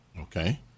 Okay